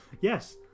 yes